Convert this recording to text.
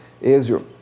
Israel